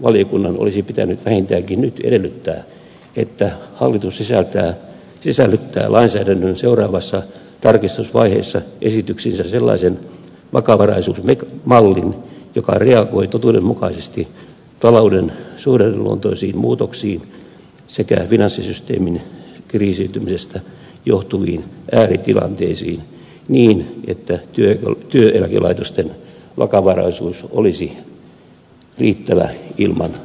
eikö valiokunnan olisi pitänyt vähintäänkin nyt edellyttää että hallitus sisällyttää lainsäädännön seuraavassa tarkistusvaiheessa esityksiinsä sellaisen vakavaraisuusmallin joka reagoi totuudenmukaisesti talouden suhdanneluontoisiin muutoksiin sekä finanssisysteemin kriisiytymisestä johtuviin ääritilanteisiin niin että työeläkelaitosten vakavaraisuus olisi riittävä ilman poikkeuslakitarvetta